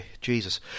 Jesus